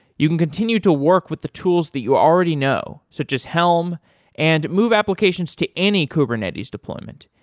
you can continue to work with the tools that you already know, such as helm and move applications to any kubernetes deployment.